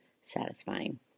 satisfying